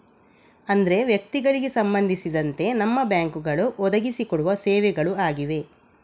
ಅಂದ್ರೆ ವ್ಯಕ್ತಿಗಳಿಗೆ ಸಂಬಂಧಿಸಿದಂತೆ ನಮ್ಮ ಬ್ಯಾಂಕುಗಳು ಒದಗಿಸಿ ಕೊಡುವ ಸೇವೆಗಳು ಆಗಿವೆ